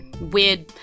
weird